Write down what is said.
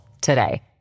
today